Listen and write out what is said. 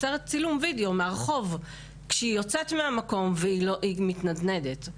צילום וידאו מהרחוב כשהיא יוצאת מהמקום והיא מתנדנדת.